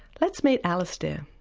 let's meet alistair.